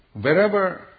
Wherever